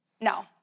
No